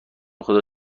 خدا